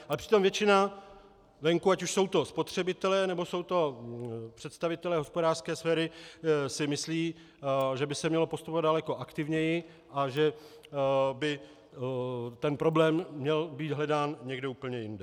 Ale přitom většina venku, ať už jsou to spotřebitelé, nebo jsou to představitelé hospodářské sféry, si myslí, že by se mělo postupovat daleko aktivněji a že by ten problém měl být hledán někde úplně jinde.